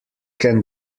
can